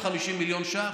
550 מיליון ש"ח.